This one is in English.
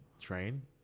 train